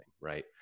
right